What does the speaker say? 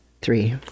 Three